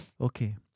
Okay